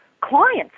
clients